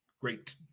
Great